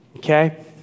Okay